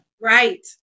Right